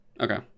okay